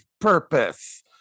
purpose